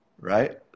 right